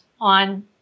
on